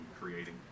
creating